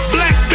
Black